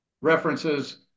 references